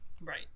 Right